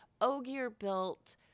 ogier-built